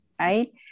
right